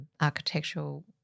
architectural